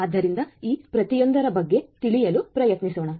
ಆದ್ದರಿಂದ ಈ ಪ್ರತಿಯೊಂದರ ಬಗ್ಗೆ ತಿಳಿಯಲು ಪ್ರಯತ್ನಿಸೋಣ